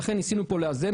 לכן ניסינו כאן לאזן.